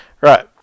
right